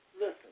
listen